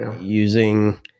using